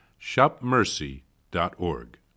shopmercy.org